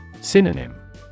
Synonym